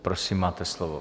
Prosím, máte slovo.